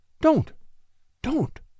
Don't—don't